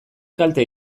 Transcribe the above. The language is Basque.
kalte